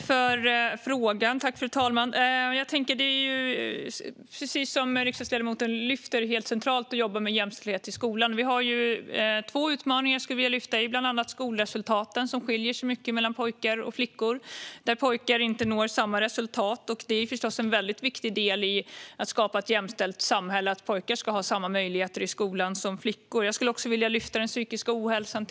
Fru talman! Det är, precis som riksdagsledamoten lyfter, helt centralt att jobba med jämställdhet i skolan. Vi har bland annat två utmaningar som jag skulle vilja lyfta fram. Den ena är skolresultaten, som skiljer sig mycket mellan pojkar och flickor. Pojkar når inte samma resultat. Det är förstås en väldigt viktig del i skapandet av ett jämställt samhälle att pojkar ska ha samma möjligheter i skolan som flickor. Den andra utmaningen är den psykiska ohälsan.